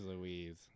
Louise